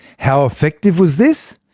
how effective was this?